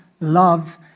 love